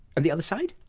and the other side?